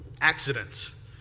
Accidents